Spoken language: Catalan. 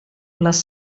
les